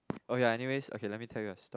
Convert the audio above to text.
okay anyways let me tell you a story